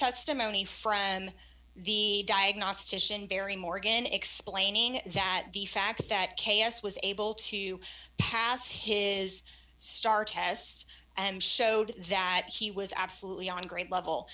testimony from the diagnostician barry morgan explaining that the fact that k s was able to pass his star tests and showed that he was absolutely on grade level